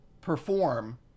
perform